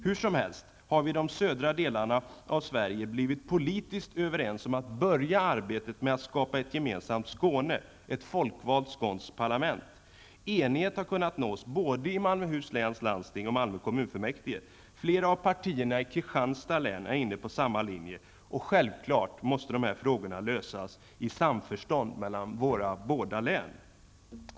Hur som helst har vi i de södra delarna av Sverige blivit politiskt överens om att börja arbetet med att skapa ett gemensamt Skåne, ett folkvalt skånskt parlament. Enighet har kunnat nås i både Malmöhus läns landsting och Malmö kommunfullmäktige. Flera av partierna i Kristianstads län är inne på samma linje. Självfallet måste dessa frågor lösas i samförstånd mellan våra båda län.